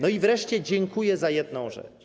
No i wreszcie dziękuję za jedną rzecz.